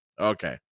Okay